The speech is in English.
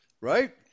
right